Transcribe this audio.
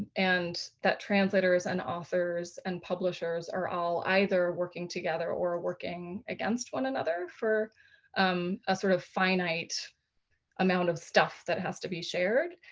and that translators and authors and publishers are all either working together or ah working against one another for um a sort of finite amount of stuff that has to be shared.